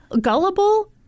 gullible